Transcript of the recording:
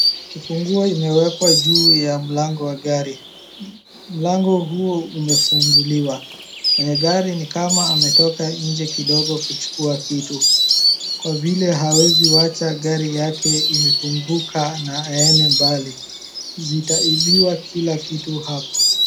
Kifunguo imewekwa juu ya mlango wa gari, mlango huo umefunguliwa, mwenye gari ni kama ametoka nje kidogo kuchukua kitu, kwa vile hawezi wacha gari yake imefunguka na aende mbali. Zitaibiwa kila kitu hapa.